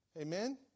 Amen